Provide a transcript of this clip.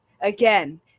again